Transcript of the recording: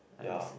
ya